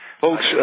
folks